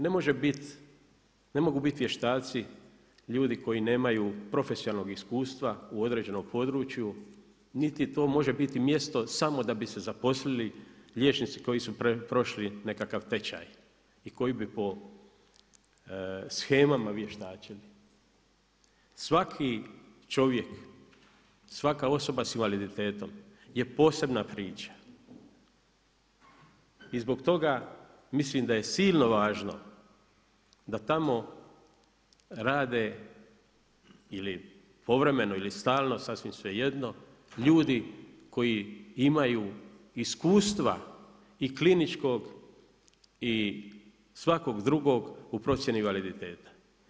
Ne mogu biti vještaci ljudi koji nemaju profesionalnog iskustva u određenom području, niti to može biti mjesto samo da bi se zaposlili liječnici koji su prošli nekakav tečaj i koji bi po shemama vještačenja, svaki čovjek, svaka osoba s invaliditetom je posebna priča i zbog toga, mislim da je silno važno, da tamo rade ili povremeno ili stalno sasvim svejedno, ljudi koji imaju iskustva i kliničkog i svakog drugog u procjeni invaliditeta.